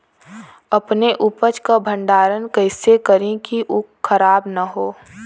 अपने उपज क भंडारन कइसे करीं कि उ खराब न हो?